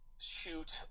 shoot